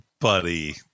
Buddy